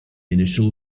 initial